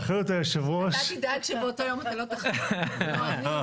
אתה תדאג שבאותו יום אתה לא תחליף את ווליד,